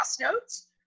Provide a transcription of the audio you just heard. notes